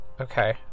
okay